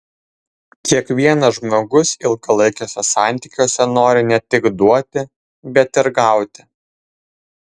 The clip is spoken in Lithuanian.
kiekvienas žmogus ilgalaikiuose santykiuose nori ne tik duoti bet ir gauti